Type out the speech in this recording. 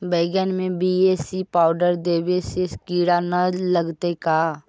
बैगन में BAC powder देबे से किड़ा न लगतै का?